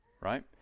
Right